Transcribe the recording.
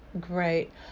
great